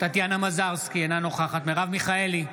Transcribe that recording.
טטיאנה מזרסקי, אינה נוכחת מרב מיכאלי,